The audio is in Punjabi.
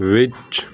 ਵਿੱਚ